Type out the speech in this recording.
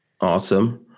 awesome